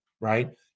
Right